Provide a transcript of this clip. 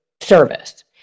service